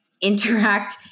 interact